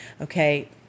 okay